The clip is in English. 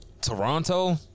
Toronto